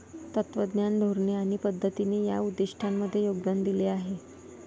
तत्त्वज्ञान, धोरणे आणि पद्धतींनी या उद्दिष्टांमध्ये योगदान दिले आहे